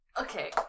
Okay